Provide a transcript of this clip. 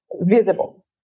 visible